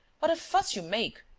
what a fuss you make!